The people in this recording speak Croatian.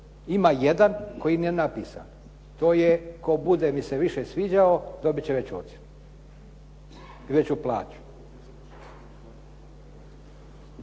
Ima jedan koji nije napisan, to je tko bude mi se više sviđao dobiti će veću ocjenu i veću plaću.